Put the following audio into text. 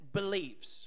believes